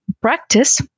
practice